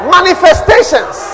Manifestations